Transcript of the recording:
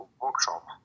workshop